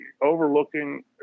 overlooking